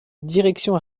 direction